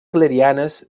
clarianes